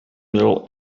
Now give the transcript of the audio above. middle